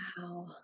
Wow